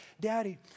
Daddy